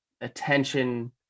attention